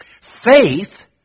Faith